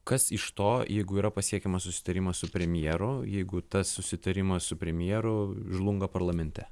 kas iš to jeigu yra pasiekiamas susitarimas su premjeru jeigu tas susitarimas su premjeru žlunga parlamente